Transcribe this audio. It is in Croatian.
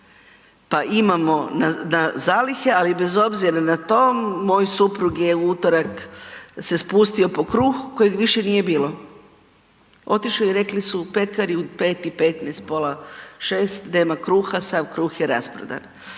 pa imamo na zalihe, ali bez obzira na to moj suprug je, u utorak se spustio po kruh kojeg više nije bilo. Otišo je i rekli su u pekari u 5 i 15, pola 6, nema kruha, sav kruh je rasprodan.